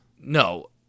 No